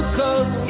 cause